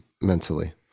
mentally